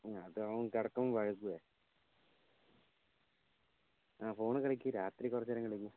അത് അവൻ കിടക്കുമ്പം വൈകുകയും ആ ഫോണിൽ കളിക്കും രാത്രി കുറച്ച് നേരം കളിക്കും